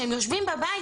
שהם יושבים בבית,